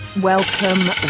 welcome